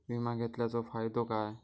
विमा घेतल्याचो फाईदो काय?